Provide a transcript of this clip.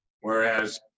whereas